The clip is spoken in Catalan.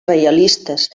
reialistes